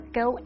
go